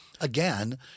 Again